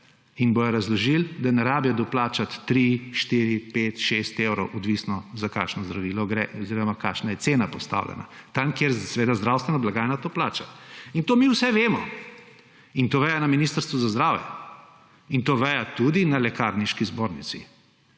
in bodo razložili, da ni treba doplačati tri, štiri, pet, šest evrov, odvisno za kakšno zdravilo gre oziroma kakšna cena je postavljena, tam kjer zdravstvena blagajna to plača. In to mi vse vemo in to vedo na Ministrstvu za zdravje in to vedo tudi na Lekarniški zbornici.